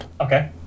Okay